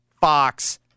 Fox